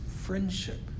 friendship